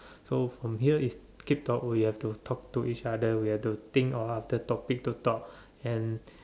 so from here is keep talk we have to talk to each other we have to think of other topic to talk and